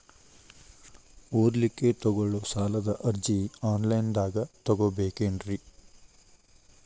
ಓದಲಿಕ್ಕೆ ತಗೊಳ್ಳೋ ಸಾಲದ ಅರ್ಜಿ ಆನ್ಲೈನ್ದಾಗ ತಗೊಬೇಕೇನ್ರಿ?